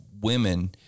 women